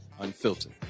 Unfiltered